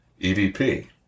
EVP